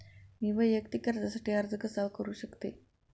मी वैयक्तिक कर्जासाठी अर्ज कसा करु शकते?